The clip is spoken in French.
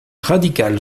radical